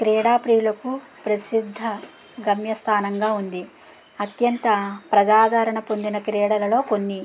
క్రీడా ప్రియులకు ప్రసిద్ధ గమ్యస్థానంగా ఉంది అత్యంత ప్రజాదరణ పొందిన క్రీడలలో కొన్ని